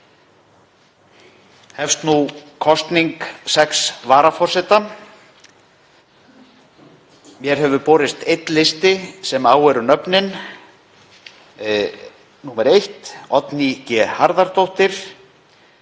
Hefst nú kosning sex varaforseta. Mér hefur borist einn listi sem á eru nöfnin: Oddný G. Harðardóttir,